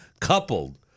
coupled